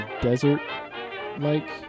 desert-like